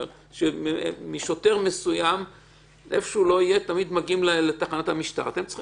שמשוטר מסוים תמיד מגיעים לתחנת המשטרה אתם צריכים